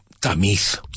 tamiz